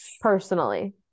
personally